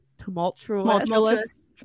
tumultuous